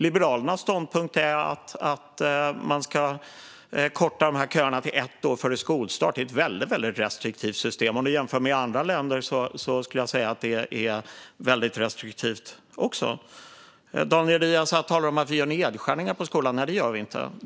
Liberalernas ståndpunkt är att man ska korta köerna till ett år före skolstart. Det är ett väldigt restriktivt system, även jämfört med andra länder. Daniel Riazat talar om att vi gör nedskärningar på skolan - nej, det gör vi inte.